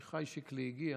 עמיחי שיקלי הגיע.